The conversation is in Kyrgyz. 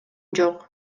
жок